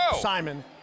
Simon